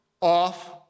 off